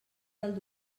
del